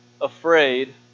afraid